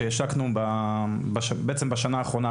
שעבדנו עליו בשנה האחרונה,